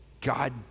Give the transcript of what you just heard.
God